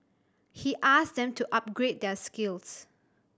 he asked them to upgrade their skills